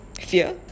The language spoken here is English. fear